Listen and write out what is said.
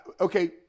Okay